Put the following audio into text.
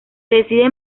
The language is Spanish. decide